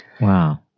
Wow